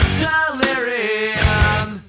delirium